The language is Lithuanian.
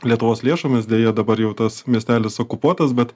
lietuvos lėšomis deja dabar jau tas miestelis okupuotas bet